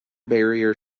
barrier